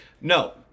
No